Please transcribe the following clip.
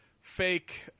fake